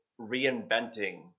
reinventing